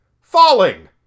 falling